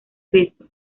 peso